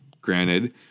granted